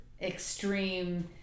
extreme